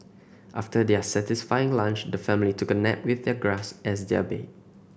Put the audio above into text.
after their satisfying lunch the family took a nap with their grass as their bed